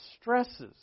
stresses